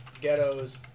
ghettos